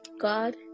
God